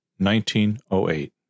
1908